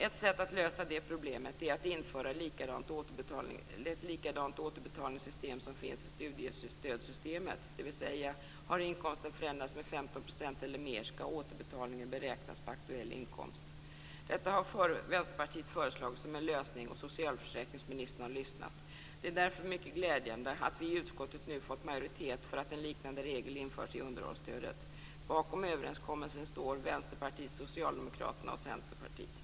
Ett sätt att lösa det problemet är att införa ett likadant återbetalningssystem som finns i studiestödssystemet, dvs. om inkomsten har förändrats med 15 % eller mer skall återbetalningen beräknas på aktuell inkomst. Detta har Vänsterpartiet föreslagit som en lösning, och socialförsäkringsministern har lyssnat. Det är därför mycket glädjande att vi i utskottet nu fått majoritet för att en liknande regel införs i underhållsstödet. Bakom överenskommelsen står Vänsterpartiet, Socialdemokraterna och Centerpartiet.